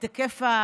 את היקף הפגיעה.